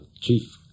chief